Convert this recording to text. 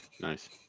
Nice